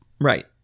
Right